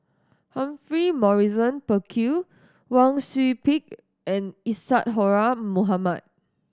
Humphrey Morrison Burkill Wang Sui Pick and Isadhora Mohamed